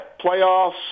playoffs